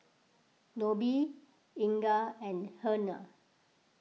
Nobie Inga and Hernan